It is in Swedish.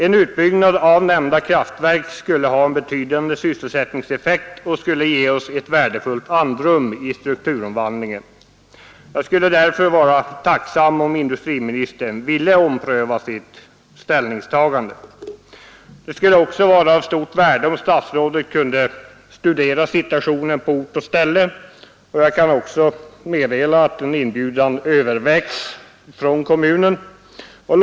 En utbyggnad av nämnda kraftverk skulle ha betydande sysselsättningseffekt och ge oss ett värdefullt andrum i strukturomvandlingen. Jag skulle därför vara tacksam om industriministern ville ompröva sitt ställningstagande. Det skulle också vara av stort värde om statsrådet kunde studera situationen på ort och ställe. Jag kan meddela att en inbjudan från kommunen övervägs.